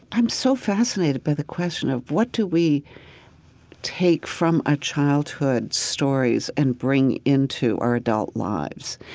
i'm so fascinated by the question of what do we take from a childhood stories and bring into our adult lives?